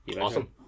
Awesome